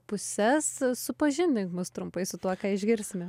puses supažindink mus trumpai su tuo ką išgirsime